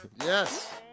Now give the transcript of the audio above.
Yes